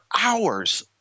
hours